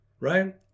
Right